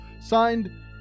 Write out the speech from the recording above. Signed